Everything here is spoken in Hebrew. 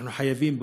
אנחנו חייבים,